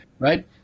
Right